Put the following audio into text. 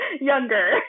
Younger